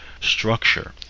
structure